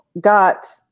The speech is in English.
Got